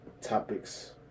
topics